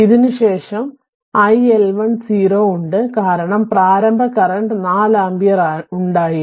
എന്നാൽ ഇതിനുശേഷം iL10 ഉണ്ട് കാരണം പ്രാരംഭ കറന്റ് 4 ആമ്പിയർ ഉണ്ടായിരുന്നു